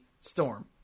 Storm